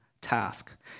task